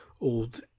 old